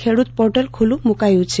ખેડૂત પોર્ટલ ખુલ્લુ મુકાયું છે